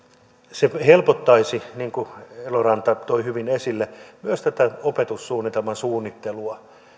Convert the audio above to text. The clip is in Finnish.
se helpottaisi niin kuin eloranta toi hyvin esille myös tätä opetussuunnitelman suunnittelua